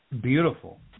beautiful